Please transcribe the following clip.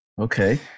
Okay